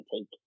take